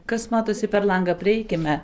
kas matosi per langą prieikime